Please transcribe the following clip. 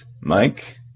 Mike